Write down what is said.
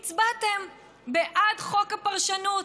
הצבעתם בעד חוק הפרשנות.